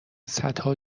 صدها